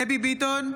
דבי ביטון,